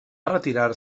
retirar